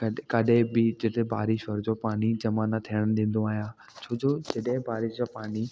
क काॾे बि जिते बारिश जो पाणी जमा न थियणु ॾींदो आहियां छो जो जॾहिं बारिश जो पाणी